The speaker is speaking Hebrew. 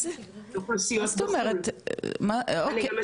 לא לא אל תפילי את זה על משרד החוץ,